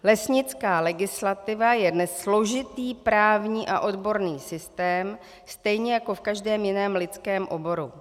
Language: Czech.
Lesnická legislativa je dnes složitý právní a odborný systém, stejně jako v každém jiném lidském oboru.